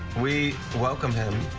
we welcome him.